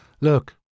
Look